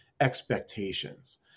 expectations